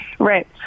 Right